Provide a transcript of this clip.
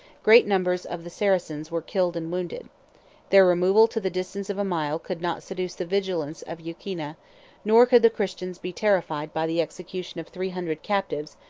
great numbers of the saracens were killed and wounded their removal to the distance of a mile could not seduce the vigilance of youkinna nor could the christians be terrified by the execution of three hundred captives,